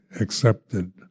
accepted